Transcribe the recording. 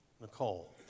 Nicole